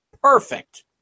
perfect